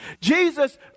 Jesus